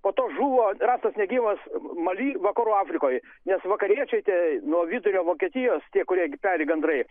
po to žuvo rastas negyvas mali vakarų afrikoj nes vakariečiai tie nuo vidurio vokietijos tie kurie peri gandrai